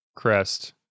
crest